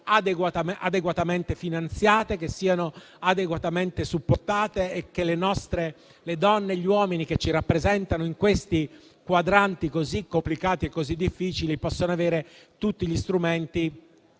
adeguatamente finanziate e supportate e che le donne e gli uomini che ci rappresentano in questi quadranti così complicati e così difficili possano avere tutti gli strumenti